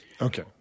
Okay